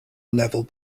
level